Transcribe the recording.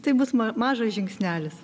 taip bus ma mažas žingsnelis